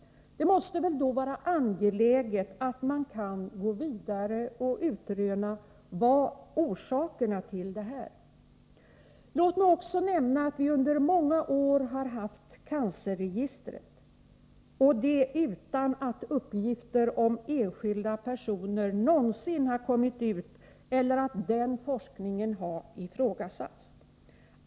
Det måste väl vara viktigt att man kan gå vidare och utröna orsakerna till det? Låt mig också nämna att vi under många år har haft cancerregistret, och det utan att uppgifter om enskilda personer någonsin har kommit ut och utan att den forskningen har ifrågasatts.